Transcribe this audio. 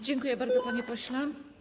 Dziękuję bardzo, panie pośle.